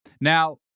Now